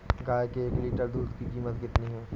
गाय के एक लीटर दूध की कीमत कितनी है?